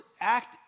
act